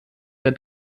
der